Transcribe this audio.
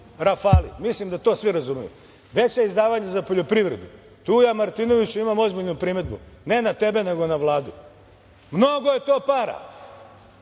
„Rafali“, mislim da to svi razumeju. Veća izdvajanja za poljoprivredu. Tu ja Martinoviću imam ozbiljnu primedbu, ne na tebe, nego na Vladu. Mnogo je to para,